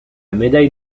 médaille